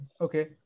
Okay